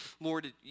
Lord